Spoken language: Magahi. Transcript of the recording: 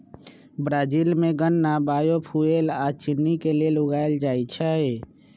ब्राजील में गन्ना बायोफुएल आ चिन्नी के लेल उगाएल जाई छई